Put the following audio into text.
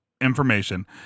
information